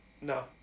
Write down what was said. no